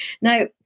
Now